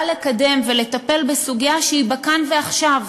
לקדם ולטפל בסוגיה שהיא בכאן ועכשיו,